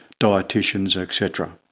dieticians et cetera.